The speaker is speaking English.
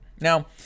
Now